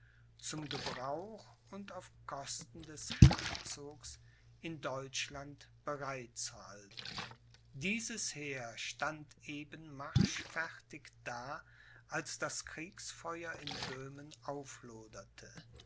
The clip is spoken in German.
zum gebrauch und auf kosten des herzogs in deutschland bereit zu halten dieses heer stand eben marschfertig da als das kriegsfeuer in böhmen aufloderte